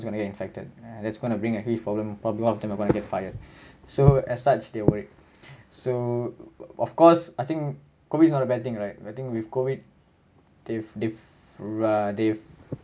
is gonna get infected that's going to bring a huge problem probably all of them are gonna get fired so as such they worried so of course I think COVID is not a bad thing right I think with COVID they've they've err they've